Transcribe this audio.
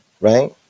right